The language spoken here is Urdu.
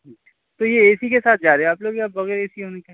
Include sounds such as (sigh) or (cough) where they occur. تو یہ اے سی کے ساتھ جا رہے ہو آپ لوگ یا بغیر اے سی (unintelligible)